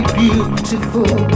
beautiful